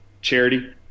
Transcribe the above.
charity